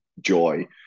joy